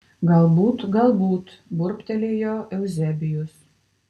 galbūt galbūt burbtelėjo euzebijus